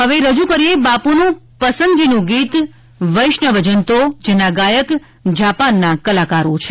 હવે રજૂ કરીએ છીએ બાપુનું પસંદગીનું ભજન વૈષ્ણવ જન તો જેના ગાયક જાપાનના કલાકારો છે